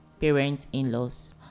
parents-in-laws